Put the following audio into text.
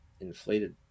inflated